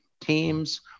Teams